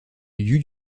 you